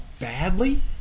badly